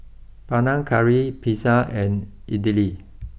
Panang Curry Pizza and Idili